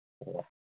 ꯑꯣ